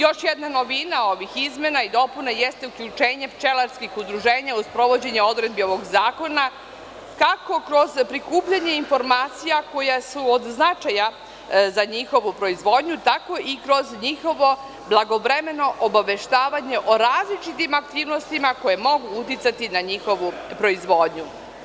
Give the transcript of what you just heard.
Još jedna novina ovih izmena i dopuna jeste uključenje pčelarskih udruženja u sprovođenje odredbi ovog zakona, kako kroz prikupljanje informacija koje su od značaja za njihovu proizvodnju, tako i kroz njihovo blagovremeno obaveštavanje o različitim aktivnostima koje mogu uticati na njihovu proizvodnju.